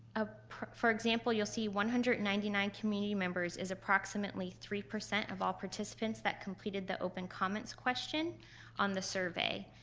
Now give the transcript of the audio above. ah for example, you'll see one hundred and ninety nine community members as approximately three percent of all participants that completed that open comments question on the survey.